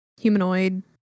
Humanoid